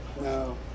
No